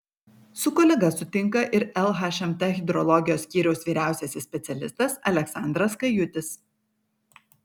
su kolega sutinka ir lhmt hidrologijos skyriaus vyriausiasis specialistas aleksandras kajutis